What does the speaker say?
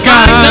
God